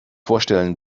vorstellen